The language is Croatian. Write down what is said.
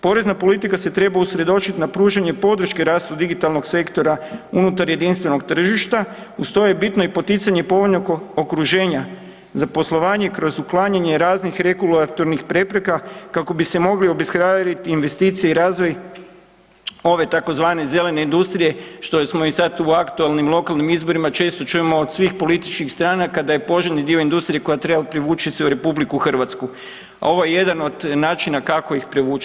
Porezna politika se treba usredotočit na pružanje podrške rastu digitalnog sektora unutar jedinstvenog tržišta, uz to je bitno i poticanje povoljnog okruženja za poslovanje kroz uklanjanje raznih regulatornih prepreka kako bi se mogli … [[Govornik se ne razumije]] investicije i razvoj ove tzv. zelene industrije, što smo i sad u aktualnim lokalnim izborima često čujemo od svih političkih stranaka da je poželjni dio industrije koja treba privući se u RH, a ovo je jedan od načina kako ih privući.